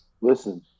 Listen